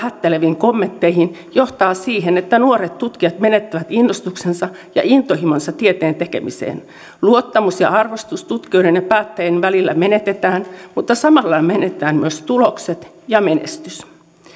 vähätteleviin kommentteihin johtaa siihen että nuoret tutkijat menettävät innostuksensa ja intohimonsa tieteen tekemiseen luottamus ja arvostus tutkijoiden ja päättäjien välillä menetetään mutta samalla menetetään myös tulokset ja menestys